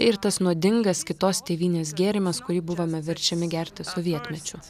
ir tas nuodingas kitos tėvynės gėrimas kurį buvome verčiami gerti sovietmečiu